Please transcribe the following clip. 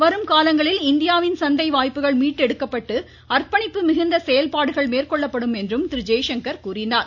வரும் காலங்களில் இந்தியாவின் சந்தை வாய்ப்புகள் மீட்டு எடுக்கப்பட்டு அர்ப்பணிப்பு மிகுந்த செயல்பாடுகள் மேற்கொள்ளப்படும் என்றும் அவர் கூறினார்